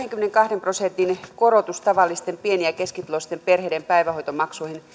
kahdenkymmenenkahden prosentin korotus tavallisten pieni ja keskituloisten perheiden päivähoitomaksuihin